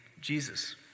Jesus